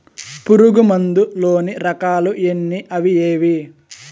పులుగు మందు లోని రకాల ఎన్ని అవి ఏవి?